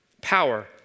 Power